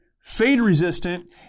fade-resistant